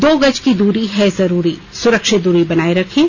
दो गज की दूरी है जरूरी सुरक्षित दूरी बनाए रखें